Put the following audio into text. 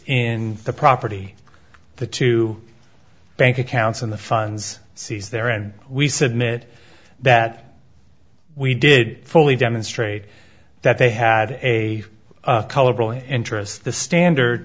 in the property the two bank accounts in the funds seize there and we submit that we did fully demonstrate that they had a cultural interest the standard